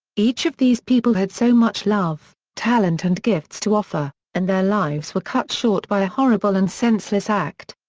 each of these people had so much love, talent and gifts to offer, and their lives were cut short by a horrible and senseless act.